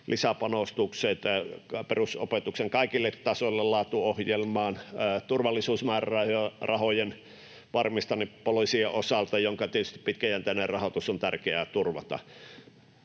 lisäpanostukset perusopetuksen kaikille tasoille laatuohjelmaan ja turvallisuusmäärärahojen varmistaminen poliisien osalta, jonka pitkäjänteinen rahoitus on tietysti tärkeää turvata.